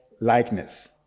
likeness